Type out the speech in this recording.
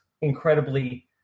incredibly